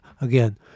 again